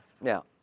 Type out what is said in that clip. Now